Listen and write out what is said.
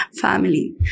family